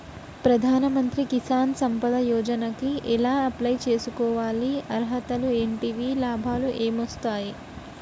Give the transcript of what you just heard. ప్రధాన మంత్రి కిసాన్ సంపద యోజన కి ఎలా అప్లయ్ చేసుకోవాలి? అర్హతలు ఏంటివి? లాభాలు ఏమొస్తాయి?